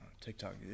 TikTok